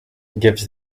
gives